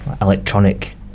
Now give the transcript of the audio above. electronic